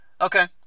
okay